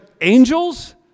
angels